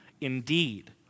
Indeed